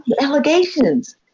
allegations